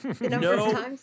No